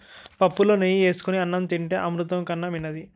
పుప్పులో నెయ్యి ఏసుకొని అన్నం తింతే అమృతం కన్నా మిన్నది